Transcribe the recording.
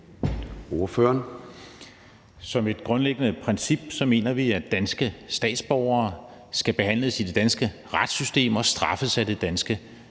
Bach (RV): Som et grundlæggende princip mener vi, at danske statsborgere skal behandles i det danske retssystem og straffes af det danske